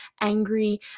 angry